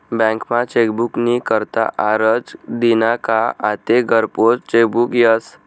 बँकमा चेकबुक नी करता आरजं दिना का आते घरपोच चेकबुक यस